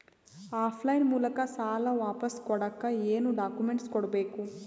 Of line ಮೂಲಕ ಸಾಲ ವಾಪಸ್ ಕೊಡಕ್ ಏನು ಡಾಕ್ಯೂಮೆಂಟ್ಸ್ ಕೊಡಬೇಕು?